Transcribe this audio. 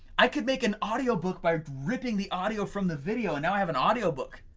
i could make an audio book by ripping the audio from the video and now i have an audio book,